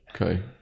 Okay